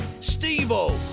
Steve-O